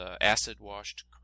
acid-washed